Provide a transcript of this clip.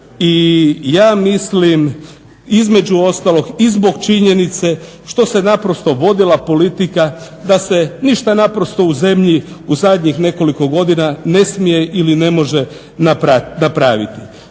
i ja mislim između ostalog i zbog činjenice što se naprosto vodila politika da se ništa naprosto u zemlji u zadnjih nekoliko godina ne smije ili ne može napraviti.